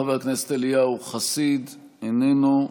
חבר הכנסת אליהו חסיד, איננו.